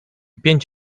pięć